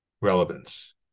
relevance